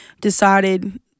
decided